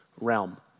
realm